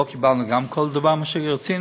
גם, לא קיבלנו כל דבר שרצינו,